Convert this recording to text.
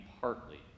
partly